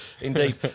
Indeed